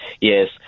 Yes